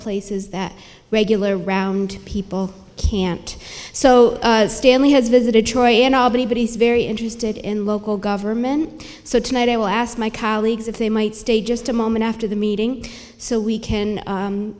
places that regular round people can't so stanley has visited troy and albany but he's very interested in local government so tonight i will ask my colleagues if they might stay just a moment after the meeting so we can